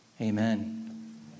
Amen